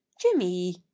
Jimmy